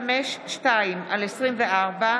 שכר נושאי משרה ברשויות